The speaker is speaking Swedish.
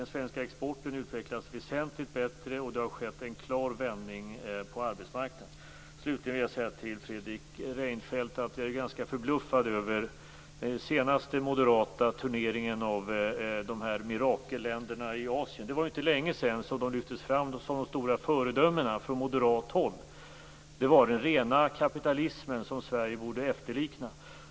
Den svenska exporten utvecklas väsentligt bättre, och det har skett en klar vändning på arbetsmarknaden. Slutligen vill jag säga till Fredrik Reinfeldt att jag är ganska förbluffad över den senaste moderata turneringen om de här mirakelländerna i Asien. Det var inte länge sedan som man från moderat håll lyfte fram dem som de stora föredömena. Där var det den rena kapitalismen, som Sverige borde efterlikna.